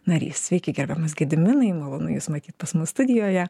narys sveiki gerbiamas gediminai malonu jus matyt pas mus studijoje